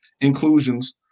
inclusions